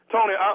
Tony